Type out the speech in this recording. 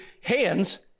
hands